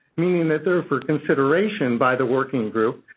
meaning that they're for consideration by the working group,